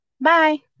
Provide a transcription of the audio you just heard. Bye